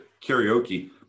karaoke